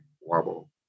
wobble